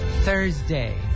Thursday